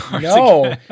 no